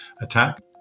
attack